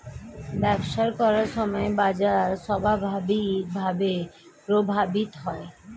ব্যবসা করার সময় বাজার স্বাভাবিকভাবেই প্রভাবিত হয়